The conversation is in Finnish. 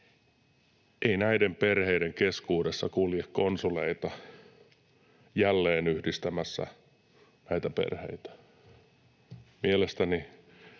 Ei näiden perheiden keskuudessa kulje konsuleita jälleenyhdistämässä näitä perheitä. Mielestäni